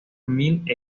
mill